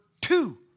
Two